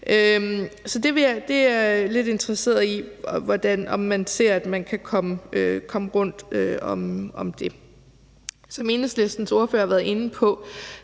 Så det er jeg lidt interesseret i, altså om man ser at man kan komme rundt om det. Som Enhedslistens ordfører har været inde på,